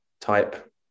type